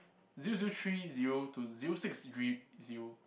zero zero three zero to zero six dr~ zero